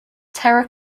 terra